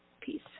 peace